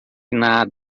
nada